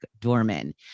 Dorman